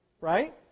right